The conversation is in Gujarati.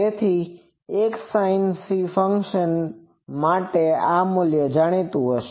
તેથી એક sin c ફંક્શન માટે આ મૂલ્ય જાણીતું છે